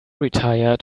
retire